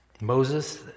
Moses